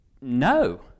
no